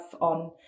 on